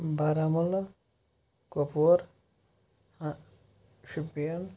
Baramulla Kupwara Shopian